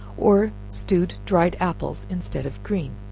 or stewed dried apples, instead of green